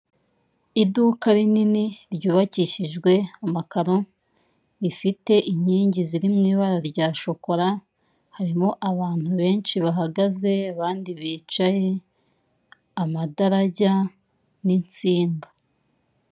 Iduka rinini ryubakishijwe amakaro, rifite inkingi ziri mu ibara rya shokora, harimo abantu benshi bahagaze abandi bicaye amadarajya n'insinga.